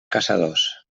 caçadors